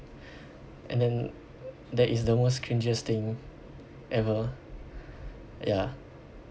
and then that is the most cringiest thing ever ya